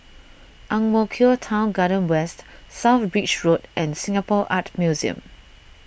Ang Mo Kio Town Garden West South Bridge Road and Singapore Art Museum